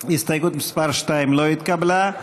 מרצ לסעיף 1 לא נתקבלה.